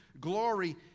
glory